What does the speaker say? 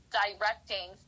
directing